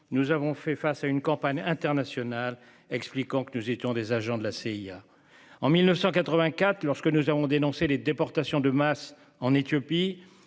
Nous avons fait face à une campagne internationale expliquant que nous étions des agents de la CIA en 1984 lorsque nous avons dénoncé les déportations de masse en Éthiopie.